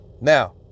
Now